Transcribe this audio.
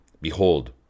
behold